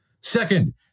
Second